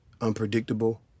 unpredictable